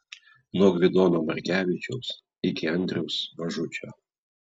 nuo gvidono markevičiaus iki andriaus mažučio